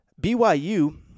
BYU